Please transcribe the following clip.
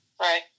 Right